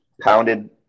pounded